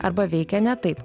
arba veikia ne taip